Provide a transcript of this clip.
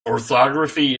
orthography